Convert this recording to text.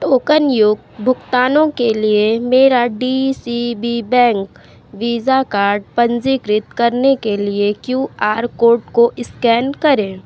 टोकनयुक्त भुगतानों के लिए मेरा D C B bank visa card पंजीकृत करने के लिए क्यू आर कोड को इस्कैन करें